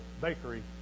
Bakery